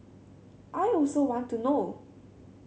I also want to know